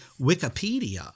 Wikipedia